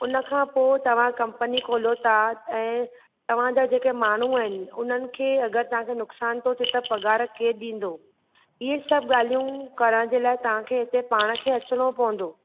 उन खां पोइ तव्हां कंपनी खोलयो था ऐं तव्हां जा जेके माण्हू आहिनि उन्हनि खे अगरि तव्हां खे न नुक़सान थो थिए पघार केरु ॾीन्दो इहे सभु ॻाल्हियूं करण जे लाइ तव्हां खे हिते पाण खे अचणो पवंदो